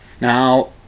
Now